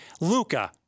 Luca